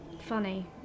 Funny